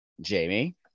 Jamie